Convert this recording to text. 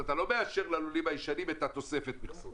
אז אתה לא מאפשר ללולים הישנים את תוספת המכסות.